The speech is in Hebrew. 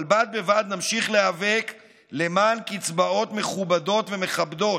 אבל בד בבד נמשיך להיאבק למען קצבאות מכובדות ומכבדות,